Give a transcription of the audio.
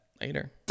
Later